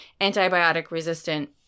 antibiotic-resistant